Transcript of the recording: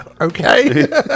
okay